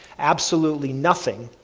absolutely nothing,